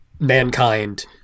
mankind